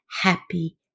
happy